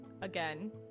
Again